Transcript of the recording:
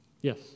Yes